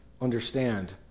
understand